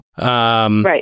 Right